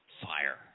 Fire